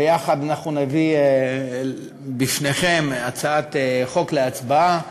ויחד אנחנו נביא בפניכם הצעת חוק להצבעה,